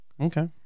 okay